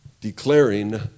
Declaring